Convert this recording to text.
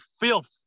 filth